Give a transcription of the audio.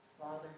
Father